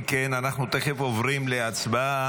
אם כן, אנחנו תכף עוברים להצבעה.